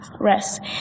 rest